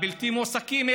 הבלתי-מועסקים,